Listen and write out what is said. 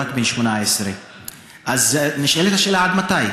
הוא רק בן 18. אז נשאלת השאלה: עד מתי?